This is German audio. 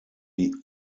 die